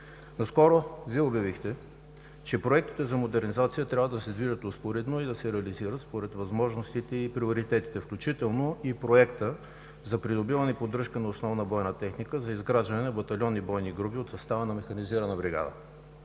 Наскоро Вие обявихте, че проектите за модернизация трябва да се движат успоредно и да се реализират според възможностите и приоритетите, включително и Проектът за придобиване и поддръжка на основна бойна техника за изграждане на батальонни бойни групи от състава на механизирана бригада.